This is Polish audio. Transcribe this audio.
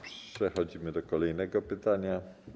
Przechodzimy do kolejnego pytania.